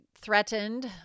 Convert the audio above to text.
threatened